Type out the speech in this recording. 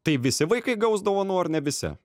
tai visi vaikai gaus dovanų ar ne visi